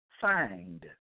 find